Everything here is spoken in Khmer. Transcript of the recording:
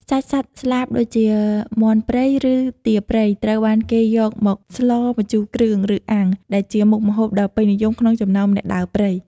សាច់សត្វស្លាប ដូចជាមាន់ព្រៃ ឬទាព្រៃ ត្រូវបានគេយកមកស្លម្ជូរគ្រឿង ឬអាំង ដែលជាមុខម្ហូបដ៏ពេញនិយមក្នុងចំណោមអ្នកដើរព្រៃ។